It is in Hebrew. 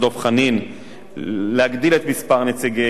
להגדיל את מספר נציגי המשרד להגנת הסביבה,